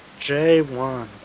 J1